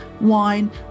wine